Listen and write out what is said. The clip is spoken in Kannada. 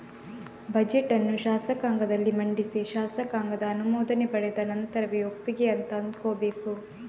ಬಜೆಟ್ ಅನ್ನು ಶಾಸಕಾಂಗದಲ್ಲಿ ಮಂಡಿಸಿ ಶಾಸಕಾಂಗದ ಅನುಮೋದನೆ ಪಡೆದ ನಂತರವೇ ಒಪ್ಪಿಗೆ ಅಂತ ಅಂದ್ಕೋಬೇಕು